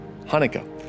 Hanukkah